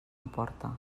emporta